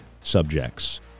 subjects